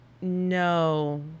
no